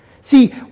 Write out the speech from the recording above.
See